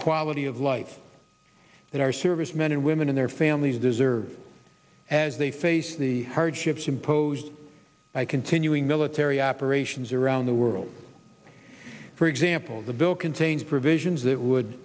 quality of life that our servicemen and women and their families deserve as they face the hardships imposed by continuing military operations around the world for example the bill contains provisions that would